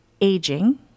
aging